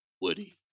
Woody